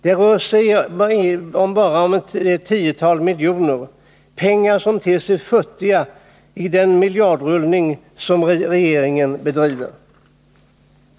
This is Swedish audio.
Det rör sig om bara ett tiotal miljoner — pengar som ter sig futtiga i den miljardrullning som regeringen bedriver.